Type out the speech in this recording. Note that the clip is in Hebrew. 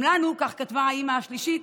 גם לנו, כך כתבה האימא השלישית,